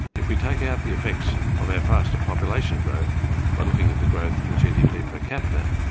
if we take out the effects of our faster population growth by looking at the growth in gdp per capita,